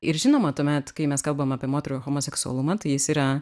ir žinoma tuomet kai mes kalbam apie moterų homoseksualumą tai jis yra